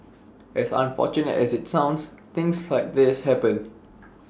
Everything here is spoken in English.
as unfortunate as IT sounds things like this happen